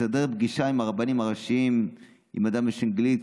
לסדר פגישה לרבנים הראשיים עם אדם בשם גליק,